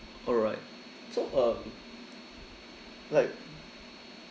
alright so um like